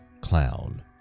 clown